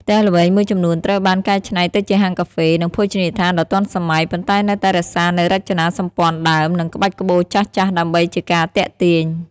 ផ្ទះល្វែងមួយចំនួនត្រូវបានកែច្នៃទៅជាហាងកាហ្វេ និងភោជនីយដ្ឋានដ៏ទាន់សម័យ ប៉ុន្តែនៅតែរក្សានូវរចនាសម្ព័ន្ធដើម និងក្បាច់ក្បូរចាស់ៗដើម្បីជាការទាក់ទាញ។